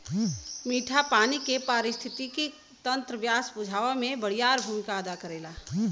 मीठा पानी के पारिस्थितिकी तंत्र प्यास बुझावे में बड़ियार भूमिका अदा करेला